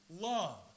love